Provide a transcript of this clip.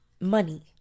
money